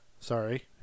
sorry